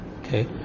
okay